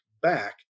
back